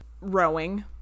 rowing